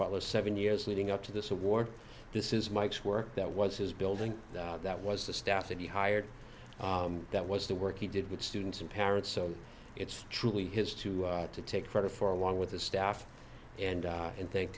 butler seven years leading up to this award this is mike's work that was his building that was the staff that he hired that was the work he did with students and parents so it's truly his to to take credit for along with the staff and and think